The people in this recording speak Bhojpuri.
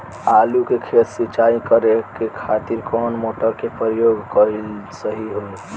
आलू के खेत सिंचाई करे के खातिर कौन मोटर के प्रयोग कएल सही होई?